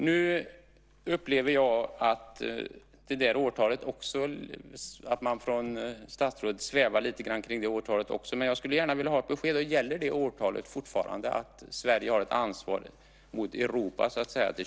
Nu upplever jag att statsrådet svävar lite grann kring det årtalet också. Jag skulle gärna vilja ha ett besked. Gäller årtalet 2010 fortfarande och att Sverige har ett ansvar mot Europa?